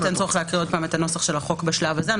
אין צורך להקריא עוד פעם את נוסח החוק בשלב הזה.